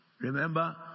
remember